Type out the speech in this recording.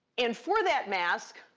and for that mask,